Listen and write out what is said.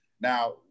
now